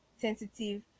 sensitive